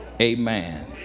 Amen